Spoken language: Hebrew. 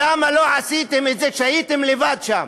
למה לא עשיתם את זה כשהייתם לבד שם?